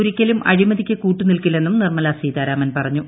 ഒരിക്കലും അഴിമതിക്ക് കൂട്ടുനിൽക്കില്ലെന്നും നിർമ്മലാ സീതാരാമൻ പറഞ്ഞു